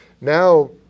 Now